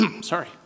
Sorry